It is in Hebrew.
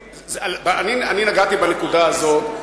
נגעתי בנקודה הזאת,